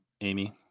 amy